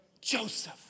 Joseph